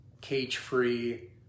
cage-free